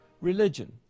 religion